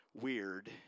weird